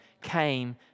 came